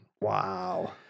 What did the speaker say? Wow